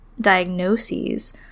diagnoses